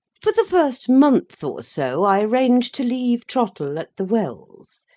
for the first month or so, i arranged to leave trottle at the wells.